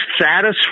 satisfying